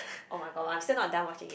[oh]-my-god I'm still not done watching it